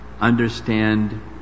understand